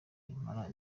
impala